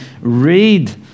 read